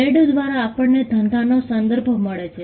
trade દ્વારા આપણને ધંધાનો સંદર્ભ મળે છે